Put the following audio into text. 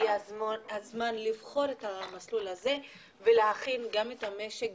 הגיע הזמן לבחון את המסלול הזה ולהכין גם את המשק,